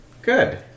Good